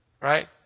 right